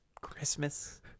Christmas